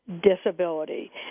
disability